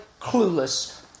clueless